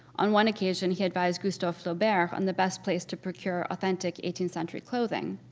on one occasion, he advised gustave flaubert on the best place to procure authentic eighteenth century clothing.